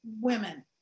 women